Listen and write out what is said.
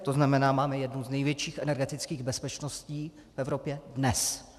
To znamená, máme jednu z největších energetických bezpečností dnes.